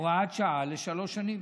הוראת שעה לשלוש שנים,